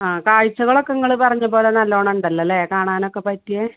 ആ കാഴ്ചകളൊക്കെ നിങ്ങൾ പറഞ്ഞത് പോലെ നല്ലോണം ഉണ്ടല്ലോ അല്ലേ കാണാനൊക്കെ പറ്റിയത്